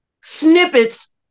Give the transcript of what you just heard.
snippets